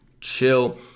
chill